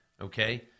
okay